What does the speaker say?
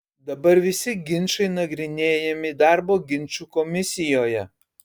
dabar visi ginčai nagrinėjami darbo ginčų komisijoje